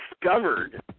discovered